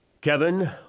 Kevin